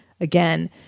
again